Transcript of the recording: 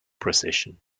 precession